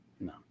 No